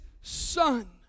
son